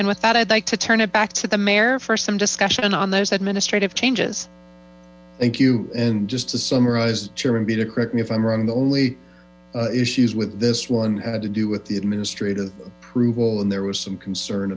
and with that i'd like to turn it back to the mayor for some discussion on those administrative changes thank you and just to summarize german bieda correct me if i'm wrong the only issues with this one had to do with the administrative approval and there was some concern